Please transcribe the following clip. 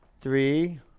three